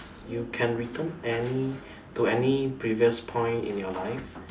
you can return any to any previous point in your life